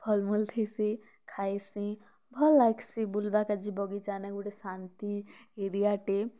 ଫଲ୍ ମୂଲ୍ ଥିସି ଖାଏସିଁ ଭଲ୍ ଲାଗ୍ସି ବୁଲ୍ବାକେ ବଗିଚାନେ ଗୁଟେ ଶାନ୍ତି ଏରିଆଟେ